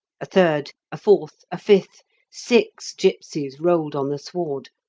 a third, a fourth, a fifth six gipsies rolled on the sward.